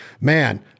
man